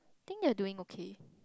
think they're doing okay